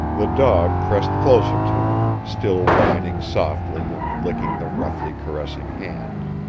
the dog pressed closer to him, still whining softly and licking the roughly caressing hands.